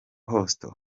apostle